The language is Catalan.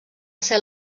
ser